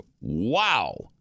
Wow